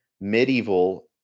Medieval